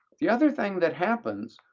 the other thing that happens,